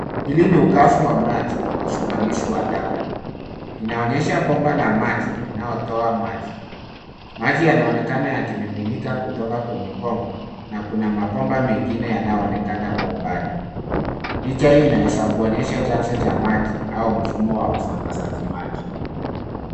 Hili ni ukafu wa maji na usimamizi wa taka inaonyesha bomba la maji linaolotoa maji. Maji yanaonekana yakimiminika kutoka kwenye bomba na kuna mabomba mengi yanaoonekana kwa umbali. Picha hii inaweza kuonyesha chanzo cha maji au mfumo wa usambazaji maji.